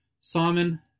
Simon